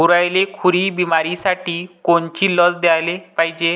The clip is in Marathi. गुरांइले खुरी बिमारीसाठी कोनची लस द्याले पायजे?